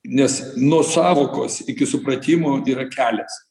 nes nuo sąvokos iki supratimo yra kelias